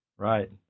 Right